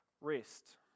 rest